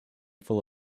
full